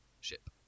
ship